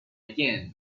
again